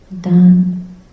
done